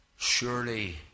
surely